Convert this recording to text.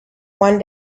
one